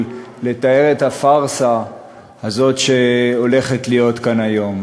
לתאר את הפארסה הזאת שהולכת להיות כאן היום.